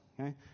okay